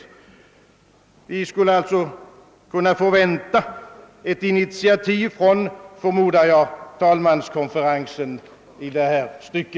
Jag förmodar att vi från talmanskonferensen skulle kunna förvänta ett initiativ i detta stycke.